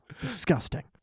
Disgusting